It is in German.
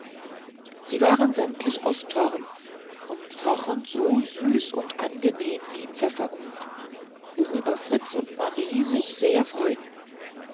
sie waren sämtlich aus thorn und rochen so süß und angenehm wie pfefferkuchen worüber fritz und marie sich sehr erfreuten